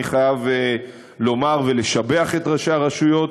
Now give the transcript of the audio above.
אני חייב לומר ולשבח את ראשי הרשויות,